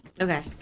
Okay